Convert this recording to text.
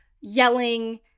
yelling